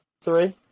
Three